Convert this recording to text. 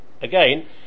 again